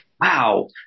wow